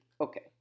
Okay